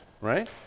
right